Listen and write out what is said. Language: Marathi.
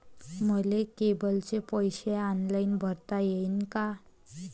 मले केबलचे पैसे ऑनलाईन भरता येईन का?